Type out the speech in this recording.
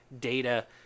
data